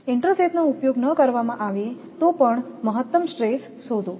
ઇન્ટરસેથનો ઉપયોગ ન કરવામાં આવે તો પણ મહત્તમ સ્ટ્રેસ શોધો